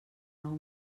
nou